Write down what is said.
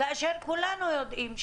כאשר כולנו יודעים,